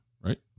right